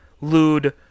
Lude